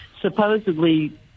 supposedly